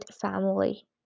family